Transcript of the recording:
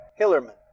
Hillerman